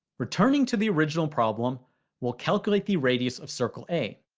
returning to the original problem we'll calculate the radius of circle a.